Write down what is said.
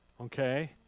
okay